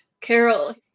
Carol